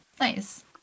Nice